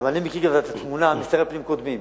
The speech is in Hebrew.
כי אני מכיר את התמונה משרי פנים קודמים.